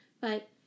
But